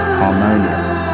harmonious